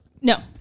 No